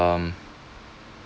um